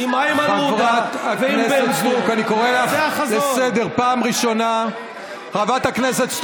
אני מבקש סדרנית שתלווה את חברת הכנסת,